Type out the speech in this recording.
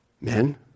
Men